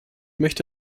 möchte